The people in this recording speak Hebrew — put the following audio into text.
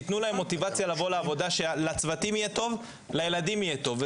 תנו להם מוטיבציה לבוא לעבודה שלצוותים יהיה טוב ולילדים יהיה טוב.